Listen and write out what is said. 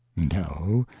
no.